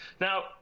Now